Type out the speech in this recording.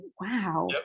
wow